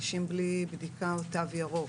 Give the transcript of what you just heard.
אנשים בלי בדיקה או תו ירוק.